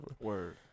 Word